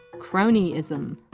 cronyism.